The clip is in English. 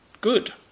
good